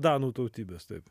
danų tautybės taip